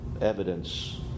evidence